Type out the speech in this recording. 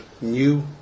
new